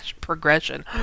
Progression